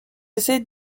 essaient